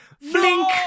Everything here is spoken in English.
Flink